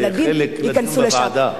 תשאירי חלק לדיון בוועדה.